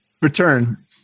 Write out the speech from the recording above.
Return